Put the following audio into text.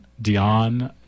Dion